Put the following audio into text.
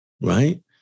right